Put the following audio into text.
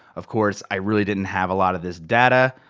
of course i really didn't have a lot of this data.